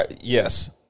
Yes